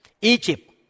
Egypt